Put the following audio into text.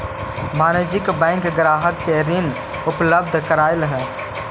वाणिज्यिक बैंक ग्राहक के ऋण उपलब्ध करावऽ हइ